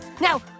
Now